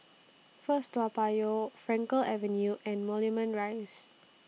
First Toa Payoh Frankel Avenue and Moulmein Rise